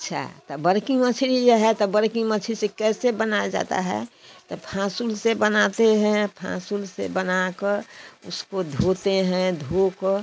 अच्छा तो बड़की मछली जो है तो बड़की मछली से कैसे बनाया जाता है तो फाँसूल से बनाते हैं फाँसूल से बनाकर उसको धोते हैं धोकर